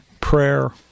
Prayer